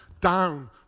down